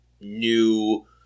new